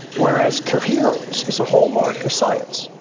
whereas coherence is a hallmark of science.